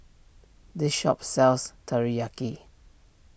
this shop sells Teriyaki